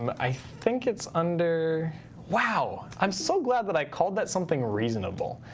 um i think it's under wow, i'm so glad that i called that something reasonable.